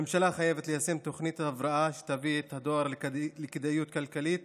הממשלה חייבת ליישם תוכנית הבראה שתביא את הדואר לכדאיות כלכלית